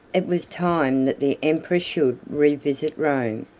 it was time that the emperor should revisit rome,